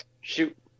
Shoot